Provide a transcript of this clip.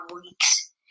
weeks